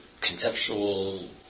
conceptual